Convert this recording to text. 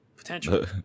potential